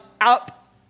up